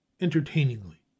entertainingly